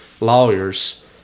lawyers